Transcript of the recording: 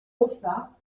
moffat